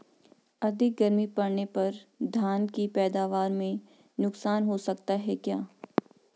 अधिक गर्मी पड़ने पर धान की पैदावार में नुकसान हो सकता है क्या?